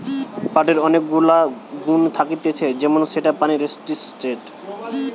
পাটের অনেক গুলা গুণা থাকতিছে যেমন সেটা পানি রেসিস্টেন্ট